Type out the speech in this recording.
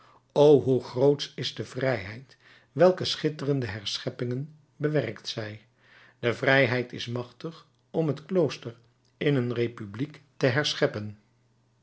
o hoe grootsch is de vrijheid welke schitterende herscheppingen bewerkt zij de vrijheid is machtig om het klooster in een republiek te herscheppen